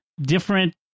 different